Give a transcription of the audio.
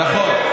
נכון.